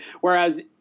Whereas